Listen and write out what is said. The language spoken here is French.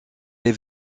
les